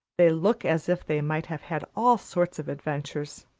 they look as if they might have had all sorts of adventures.